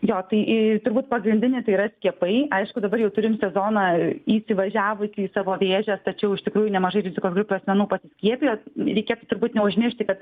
jo tai turbūt pagrindinis tai yra skiepai aišku dabar jau turim sezoną įsivažiavusį į savo vėžes tačiau iš tikrųjų nemažai rizikos grupės asmenų pasiskiepijo reikia turbūt neužmiršti kad